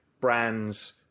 brands